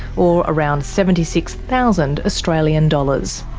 or around seventy six thousand australian dollars,